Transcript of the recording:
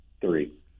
Three